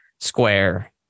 square